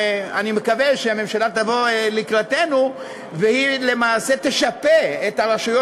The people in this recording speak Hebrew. אני מקווה שהממשלה תבוא לקראתנו ולמעשה תשפה את הרשויות